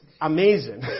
amazing